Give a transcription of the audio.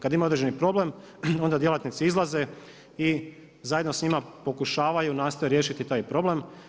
Kad imaju određeni problem, onda djelatnici izlaze i zajedno s njima pokušavaju nastoje riješiti taj problem.